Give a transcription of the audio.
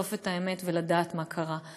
לחשוף את האמת ולדעת מה קרה.